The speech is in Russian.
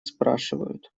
спрашивают